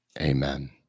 Amen